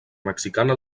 mexicana